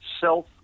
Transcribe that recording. self